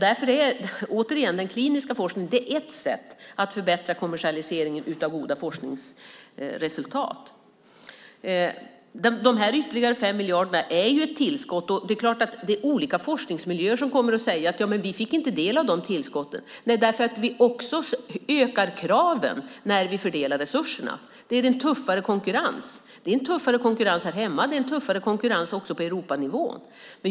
Därför är återigen den kliniska forskningen ett sätt att förbättra kommersialiseringen av goda forskningsresultat. De ytterligare 5 miljarderna är ju ett tillskott. Det är klart att man i olika forskningsmiljöer kommer att säga: Vi fick inte del av de tillskotten. Nej, därför att vi också ökar kraven när vi fördelar resurserna. Det är en tuffare konkurrens. Det är en tuffare konkurrens här hemma och det är en tuffare konkurrens också på Europanivå.